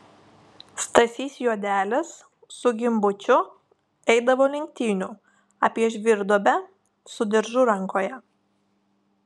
stasys juodelis su gimbučiu eidavo lenktynių apie žvyrduobę su diržu rankoje